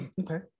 Okay